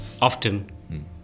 often